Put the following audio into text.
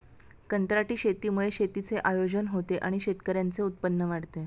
कंत्राटी शेतीमुळे शेतीचे आयोजन होते आणि शेतकऱ्यांचे उत्पन्न वाढते